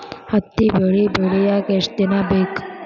ಹತ್ತಿ ಬೆಳಿ ಬೆಳಿಯಾಕ್ ಎಷ್ಟ ದಿನ ಬೇಕ್?